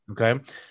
okay